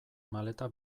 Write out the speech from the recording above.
maleta